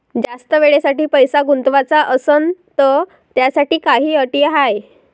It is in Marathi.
जास्त वेळेसाठी पैसा गुंतवाचा असनं त त्याच्यासाठी काही अटी हाय?